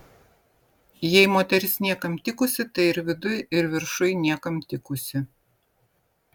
jei moteris niekam tikusi tai ir viduj ir viršuj niekam tikusi